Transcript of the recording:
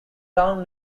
town